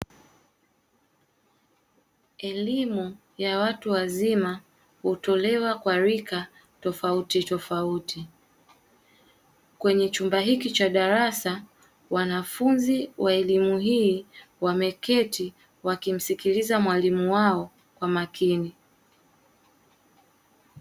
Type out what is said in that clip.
Elimu ya watu wazima hutolewa kwa rika tofauti tofauti, kwenye chumba hiki cha darasa wanafunzi wameketi wakimsikiliza mwalimu wao kwa makini.